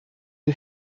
who